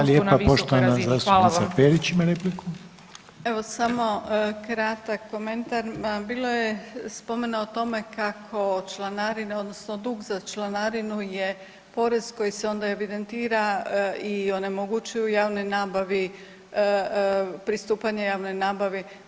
Evo samo kratak komentar, bilo je spomena o tome kako članarine odnosno dug za članarinu je porez koji se onda evidentira i onemogućuje javnoj nabavi pristupanje javnoj nabavi.